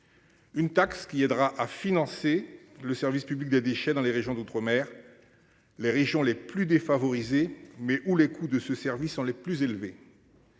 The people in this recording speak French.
Une taxe qui aidera à financer le service public de déchets dans les régions d'outre-mer. Les régions les plus défavorisés, mais où les coûts de ce service sont les plus élevés.